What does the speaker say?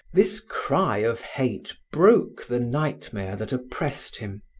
this cry of hate broke the nightmare that oppressed him.